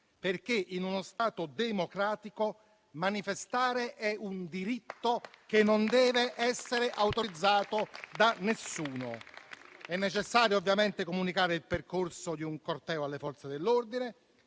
perché in uno Stato democratico manifestare è un diritto che non deve essere autorizzato da nessuno. È necessario ovviamente comunicare il percorso di un corteo alle Forze dell'ordine,